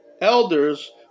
elders